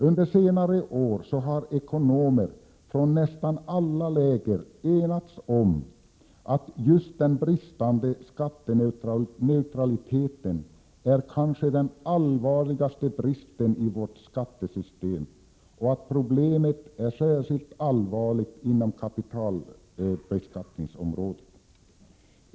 Under senare år har ekonomer från nästa alla läger enats om att just den bristande skatteneutraliteten kanske är den allvarligaste bristen i vårt skattesystem och att problemet är särskilt allvarligt inom kapitalbeskattningsområdet.